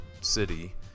city